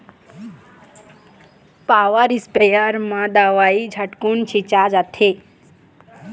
power sprayer म दवई झटकुन छिंचा जाथे